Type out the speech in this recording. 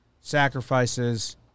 sacrifices